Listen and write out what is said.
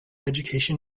education